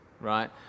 right